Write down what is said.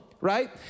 right